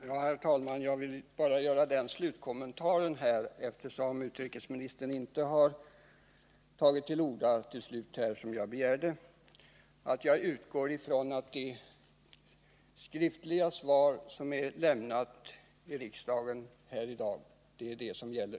Herr talman! Eftersom utrikesministern inte har tagit till orda som jag begärde vill jag till sist bara göra den slutkommentaren att jag utgår ifrån att det skriftliga svar som har lämnats här i dag är det som gäller.